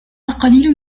القليل